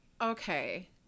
okay